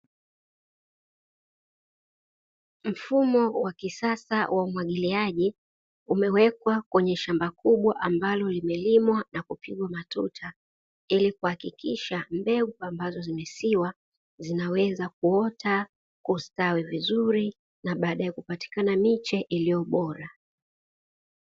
Mfumo wa kisasa wa umwagiliaji umewekwa kwenye shamba kubwa ambalo limelimwa na kupigwa matuta ili kuhakikisha mbegu ambazo zimesiwa zinaweza kuota, kustawi vizuri na baada ya kupatikana miche iliyo bora.